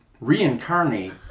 reincarnate